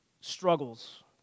struggles